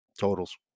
totals